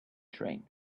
train